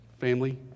family